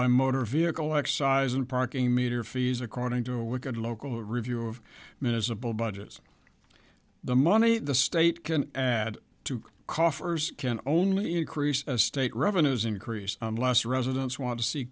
by motor vehicle excise and parking meter fees according to a wicked local review of miserable budgets the money the state can add to coffers can only increase state revenues increase unless residents want to see